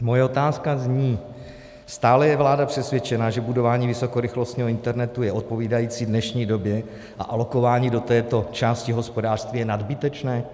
Moje otázka zní: Stále je vláda přesvědčena, že budování vysokorychlostního internetu je odpovídající dnešní době a alokování do této části hospodářství je nadbytečné?